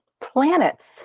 planets